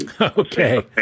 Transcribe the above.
Okay